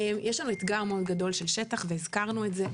יש לנו אתגר מאוד גדול של שטח והזכרנו את זה.